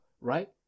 right